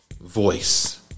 voice